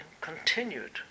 Continued